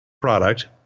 product